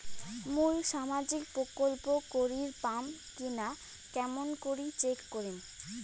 মুই সামাজিক প্রকল্প করির পাম কিনা কেমন করি চেক করিম?